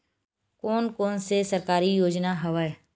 कोन कोन से सरकारी योजना हवय?